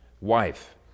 wife